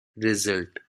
result